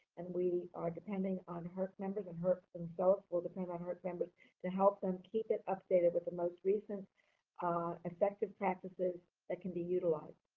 and we ah depending on herc members, and herc themselves will depend on herc members to help them keep it updated with the most recent effective practices that can be utilized.